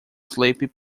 sleepy